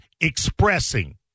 expressing